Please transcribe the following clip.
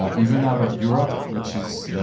ah even out of europe, which is